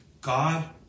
God